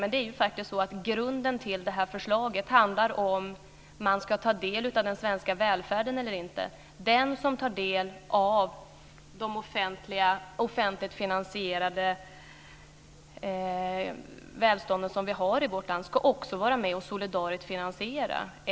Men vad det här förslaget i grunden handlar om är faktiskt om man ska ta del av den svenska välfärden eller inte. Den som tar del av det offentligt finansierade välstånd som vi har i vårt land ska också vara med och solidariskt finansiera det.